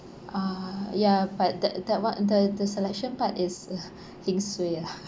ah ya but that that one the the selection part is uh heng suay ah